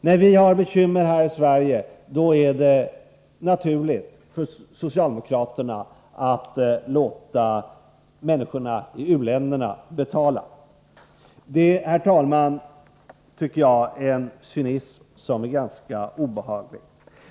När vi har bekymmer här i Sverige är det naturligt för dem att låta människorna i u-länderna betala. Det är, herr talman, en cynism som är ganska obehaglig.